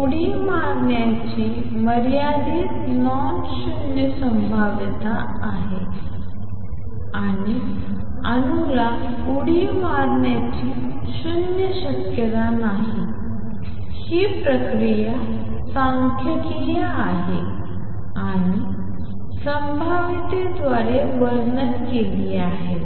उडी मारण्याची मर्यादित नॉन शून्य संभाव्यता आहे किंवा अणूला उडी मारण्याची शून्य शक्यता नाही ही प्रक्रिया सांख्यिकीय आहे आणि संभाव्यतेद्वारे वर्णन केली आहे